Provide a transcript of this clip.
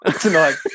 tonight